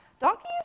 donkeys